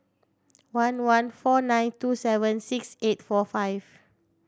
one one four nine two seven six eight four five